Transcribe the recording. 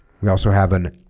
we also have an